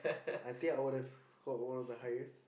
I think I would have got all the highest